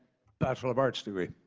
bachelor of arts degree.